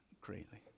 greatly